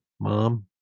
mom